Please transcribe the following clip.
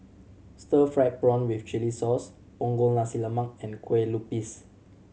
stir fried prawn with chili sauce Punggol Nasi Lemak and Kueh Lupis